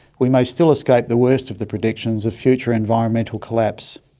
we may still escape the worst of the predictions of future environmental collapse.